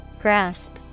Grasp